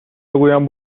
بگویم